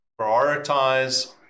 prioritize